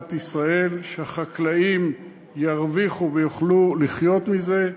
במדינת ישראל, שהחקלאים ירוויחו ויוכלו לחיות מזה,